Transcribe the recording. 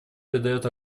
придает